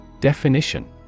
Definition